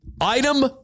Item